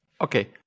Okay